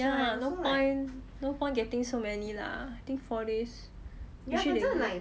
ya no point no point getting so many lah I think four days actually